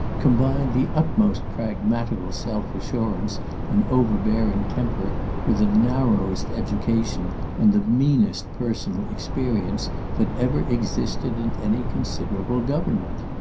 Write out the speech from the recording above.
combined the utmost pragmatical self-assurance and overbearing temper with the narrowest education and the meanest personal experience that ever existed in any considerable government.